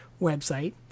website